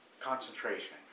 concentration